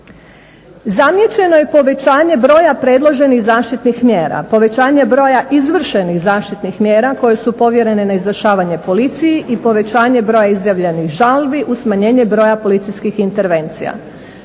Zamijećeno je i povećanje broja predloženih zaštitnih mjera, povećanje broja izvršenih zaštitnih mjera koje su povjerene na izvršavanje policiji i povećanje broja izjavljenih žalbi uz smanjenje broja policijskih intervencija.